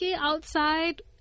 outside